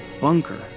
bunker